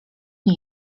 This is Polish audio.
nie